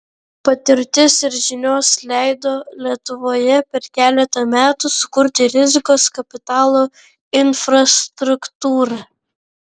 patirtis ir žinios leido lietuvoje per keletą metų sukurti rizikos kapitalo infrastruktūrą